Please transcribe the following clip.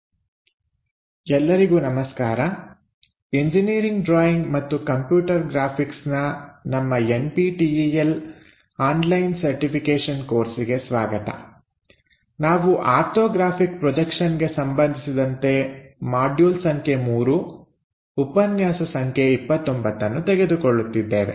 orthographic projection I ಭಾಗ 8 ಎಲ್ಲರಿಗೂ ನಮಸ್ಕಾರ ಎಂಜಿನಿಯರಿಂಗ್ ಡ್ರಾಯಿಂಗ್ ಮತ್ತು ಕಂಪ್ಯೂಟರ್ ಗ್ರಾಫಿಕ್ಸ್ನ ನಮ್ಮ N P T E L online certification ಕೋರ್ಸಿಗೆ ಸ್ವಾಗತ ನಾವು ಆರ್ಥೋಗ್ರಾಫಿಕ್ ಪ್ರೊಜೆಕ್ಷನ್ಗೆ ಸಂಬಂಧಿಸಿದಂತೆ ಮಾಡ್ಯೂಲ್ ಸಂಖ್ಯೆ 3 ಉಪನ್ಯಾಸ ಸಂಖ್ಯೆ 29 ನ್ನು ತೆಗೆದುಕೊಳ್ಳುತ್ತಿದ್ದೇವೆ